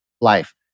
life